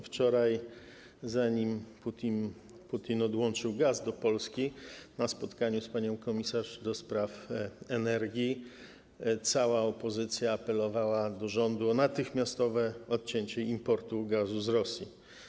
Wczoraj, zanim Putin odłączył gaz płynący do Polski, na spotkaniu z panią komisarz do spraw energii cała opozycja apelowała do rządu o natychmiastowe odcięcie importu gazu z Rosji.